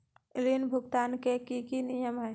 ऋण भुगतान के की की नियम है?